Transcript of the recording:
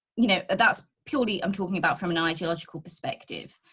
you know that's purely i'm talking about from an ideological perspective.